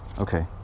okay